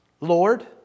Lord